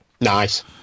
Nice